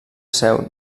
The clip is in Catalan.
seu